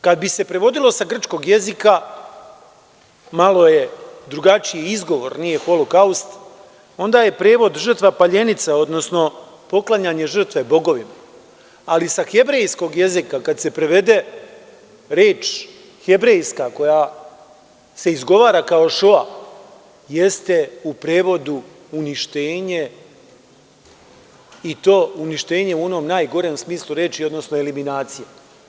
Kada bi se prevodilo sa grčkog jezika, malo je drugačiji izgovor, nije holokaust, onda je prevod – žrtva paljenica, odnosno poklanjanje žrtve bogovima, ali sa hebrejskog jezika kada se prevede, reč hebrejska koja se izgovara kao „šoa“, jeste u prevodu – uništenje, i to uništenje u onom najgorem smislu reči, odnosno eliminacija.